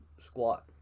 squat